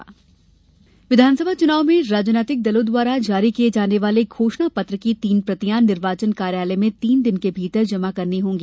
चुनाव आयोग विधानसभा चुनाव में राजनैतिक दलों द्वारा जारी किये जाने वाले घोषणा पत्र की तीन प्रतियां निर्वाचन कार्यालय में तीन दिन के भीतर जमा करना होगी